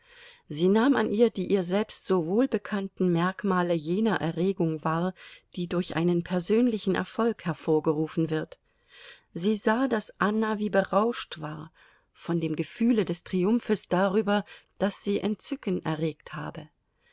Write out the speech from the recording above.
sie nahm an ihr die ihr selbst so wohlbekannten merkmale jener erregung wahr die durch einen persönlichen erfolg hervorgerufen wird sie sah daß anna wie berauscht war von dem gefühle des triumphes darüber daß sie entzücken erregt habe